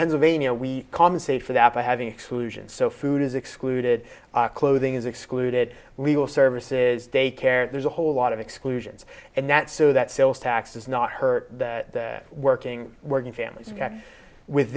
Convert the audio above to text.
pennsylvania we compensate for that by having exclusion so food is excluded clothing is excluded legal services daycare there's a whole lot of exclusions and that so that sales tax is not her working working families with